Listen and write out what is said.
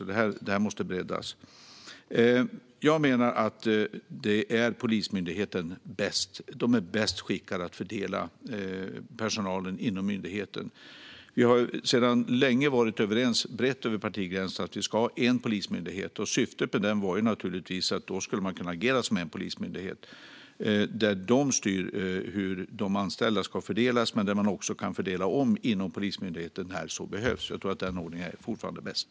Arbetet måste breddas. Jag menar att Polismyndigheten är bäst skickad att fördela personalen inom myndigheten. Vi har sedan länge varit överens brett över partigränserna att vi ska ha en polismyndighet. Syftet med det var att den ska kunna agera som en polismyndighet. Den styr hur de anställda ska fördelas. Man kan också fördela om inom Polismyndigheten när så behövs. Jag tror att den ordningen fortfarande är bäst.